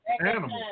animals